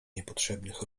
niepotrzebnych